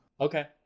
Okay